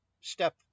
step